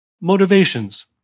Motivations